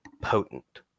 potent